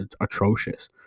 atrocious